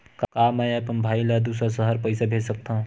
का मैं अपन भाई ल दुसर शहर पईसा भेज सकथव?